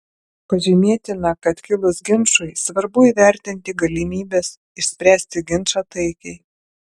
pažymėtina kad kilus ginčui svarbu įvertinti galimybes išspręsti ginčą taikiai